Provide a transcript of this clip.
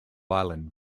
ireland